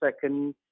second